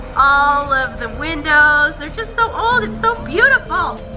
all of the windows, they're just so old, it's so beautiful!